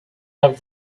have